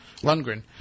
Lundgren